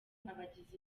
abagizi